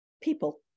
People